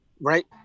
right